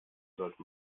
sollte